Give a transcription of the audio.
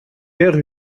père